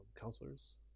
counselors